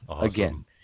again